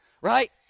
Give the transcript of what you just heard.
right